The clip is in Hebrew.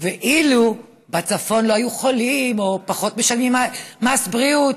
אילו בצפון לא היו חולים או פחות משלמים מס בריאות,